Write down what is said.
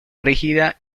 rígida